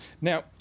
Now